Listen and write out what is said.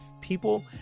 people